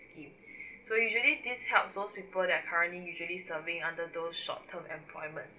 scheme so usually this helps those people that currently usually serving under those short term employments